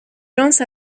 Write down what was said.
lance